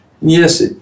Yes